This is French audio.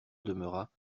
demeura